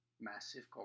massive